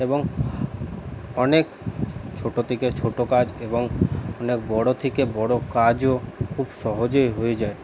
এবং অনেক ছোটো থেকে ছোটো কাজ এবং অনেক বড়ো থেকে বড়ো কাজও খুব সহজে হয়ে যায়